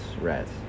Rats